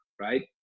right